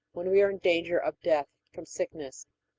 when we are in danger of death from sickness.